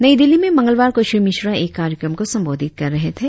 नई दिल्ली में मंगलवार को श्री मिश्रा एक कार्यक्रम को संबोधित कर रहे थे